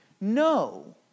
No